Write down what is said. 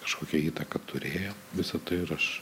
kažkokią įtaką turėjo visa tai ir aš